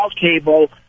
cable